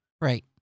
right